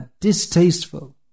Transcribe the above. distasteful